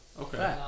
Okay